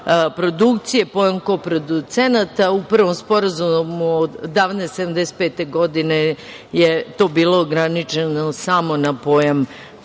produkcije, pojam koproducenata. U prvom Sporazumu, davne 1975. godine, je to bilo ograničeno samo na pojam